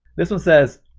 this one says,